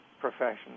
profession